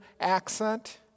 accent